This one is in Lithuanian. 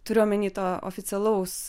turiu omeny to oficialaus